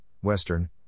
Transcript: Western